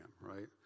right